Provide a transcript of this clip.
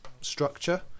structure